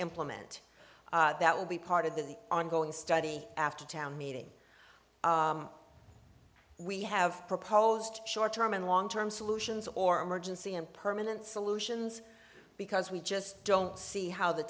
implement that will be part of the ongoing study after town meeting we have proposed short term and long term solutions or emergency and permanent solutions because we just don't see how the